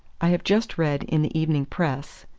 i have just read in the evening press,